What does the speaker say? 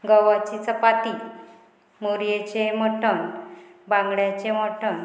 गंवाची चपाती मोरयेचें मटण बांगड्याचें मटण